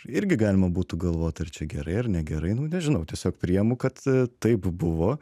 irgi galima būtų galvot ar čia gerai ar negerai nu nežinau tiesiog priimu kad taip buvo